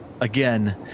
Again